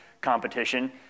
competition